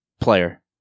player